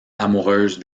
amoureuse